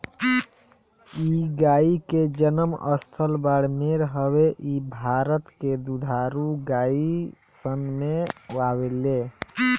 इ गाई के जनम स्थल बाड़मेर हवे इ भारत के दुधारू गाई सन में आवेले